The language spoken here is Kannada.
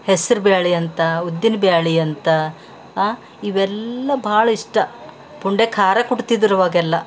ಹೆಸ್ರು ಬ್ಯಾಳಿ ಅಂತ ಉದ್ದಿನ ಬ್ಯಾಳಿ ಅಂತ ಅ ಇವೆಲ್ಲ ಬಹಳ ಇಷ್ಟ ಪುಂಡೆ ಖಾರ ಕುಟ್ತಿದ್ರು ಆವಾಗೆಲ್ಲ